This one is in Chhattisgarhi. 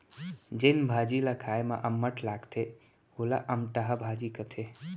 जेन भाजी ल खाए म अम्मठ लागथे वोला अमटहा भाजी कथें